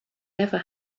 never